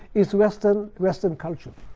is western western culture.